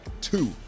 two